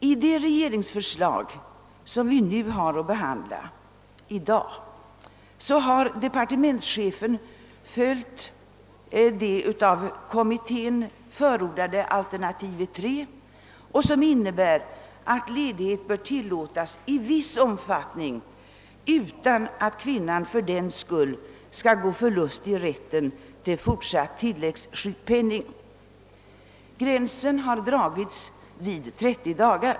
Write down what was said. I det regeringsförslag som vi i dag behandlar har departementschefen följt det av kommittén förordade tredje alternativet, som innebär att förvärvsarbete bör tillåtas i viss omfattning utan att kvinnan fördenskull skall gå förlustig rätten till fortsatt tilläggssjukpenning. Gränsen har dragits vid 30 dagar.